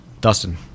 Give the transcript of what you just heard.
Dustin